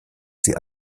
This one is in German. sie